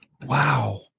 Wow